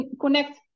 connect